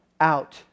out